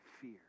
fear